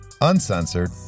uncensored